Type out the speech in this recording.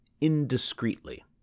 indiscreetly